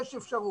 יש אפשרות.